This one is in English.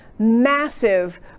massive